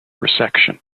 resection